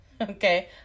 Okay